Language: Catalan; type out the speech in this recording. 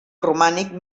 romànic